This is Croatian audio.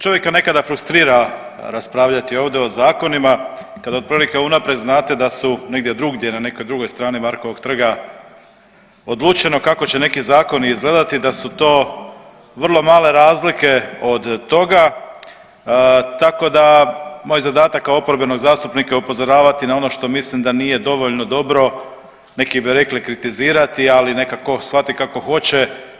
Čovjeka nekada frustrira raspravljati ovdje o zakonima kada otprilike unaprijed znate da su negdje drugdje na nekoj drugoj strani Markovog trga odlučeno kako će neki zakoni izgledati, da su to vrlo male razlike od toga, tako da moj zadatak kao oporbenog zastupnika je upozoravati na ono što mislim da nije dovoljno dobro, neki bi rekli kritizirati, ali neka ko shvati kako hoće.